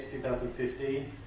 2015